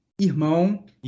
Irmão